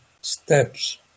steps